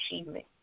achievement